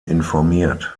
informiert